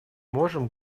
можем